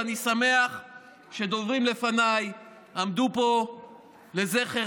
ואני שמח שדוברים לפניי עמדו פה לזכר